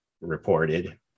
reported